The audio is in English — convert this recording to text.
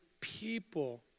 people